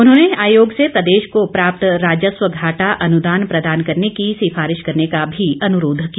उन्होंने आयोग से प्रदेश को प्राप्त राजस्व घाटा अनुदान प्रदान करने की सिफारिश करने का मी अनुरोघ किया